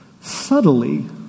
subtly